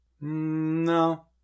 No